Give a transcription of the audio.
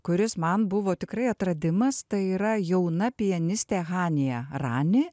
kuris man buvo tikrai atradimas tai yra jauna pianistė hanija rani